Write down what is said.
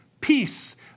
peace